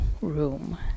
room